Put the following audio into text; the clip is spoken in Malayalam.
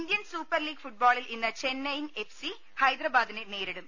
ഇന്ത്യൻ സൂപ്പർ ലീഗ് ഫുട്ബോളിൽ ഇന്ന് ചെന്നൈയിൻ എഫ് സി ഹൈദരബാദിനെ നേരിടും